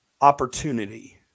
opportunity